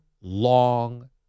long